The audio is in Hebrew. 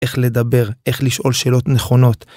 איך לדבר, איך לשאול שאלות נכונות.